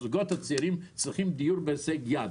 הזוגות הצעירים צריכים דיור בהישג יד.